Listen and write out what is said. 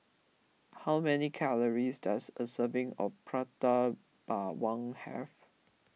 how many calories does a serving of Prata Bawang have